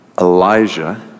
Elijah